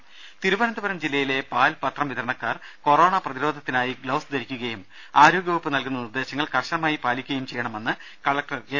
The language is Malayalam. ദേദ തിരുവനന്തപുരം ജില്ലയിലെ പാൽ പത്രം വിതരണക്കാർ കൊറോണ പ്രതിരോധത്തിനായി ഗ്ലൌസ് ധരിക്കുകയും ആരോഗ്യ വകുപ്പ് നൽകുന്ന നിർദ്ദേശങ്ങൾ കർശനമായി പാലിക്കുകയും ചെയ്യണമെന്ന് കളക്ടർ കെ